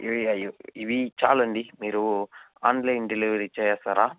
ఇవి అయి ఇవి చాలండి మీరు ఆన్లైన్ డెలివరీ చేస్తారా